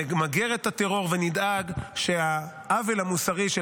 נמגר את הטרור ונדאג שהעוול המוסרי של